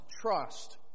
trust